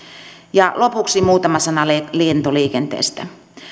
ja tehdä lopuksi muutama sana lentoliikenteestä